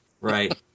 right